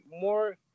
more